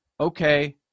okay